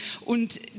Und